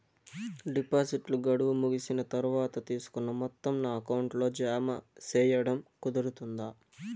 డిపాజిట్లు గడువు ముగిసిన తర్వాత, తీసుకున్న మొత్తం నా అకౌంట్ లో జామ సేయడం కుదురుతుందా?